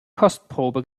kostprobe